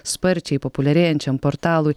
sparčiai populiarėjančiam portalui